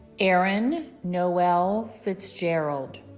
erin noel fitzgerald